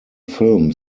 film